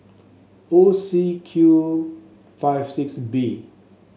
O C Q five six B